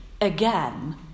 again